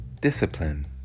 discipline